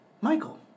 Michael